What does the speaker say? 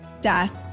death